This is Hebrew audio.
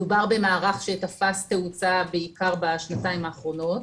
מדובר במערך שתפס תאוצה בעיקר בשנתיים האחרונות.